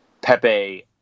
Pepe